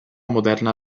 moderna